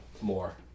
more